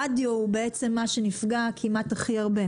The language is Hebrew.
הרדיו נפגע כמעט הכי הרבה,